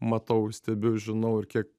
matau stebiu žinau ir kiek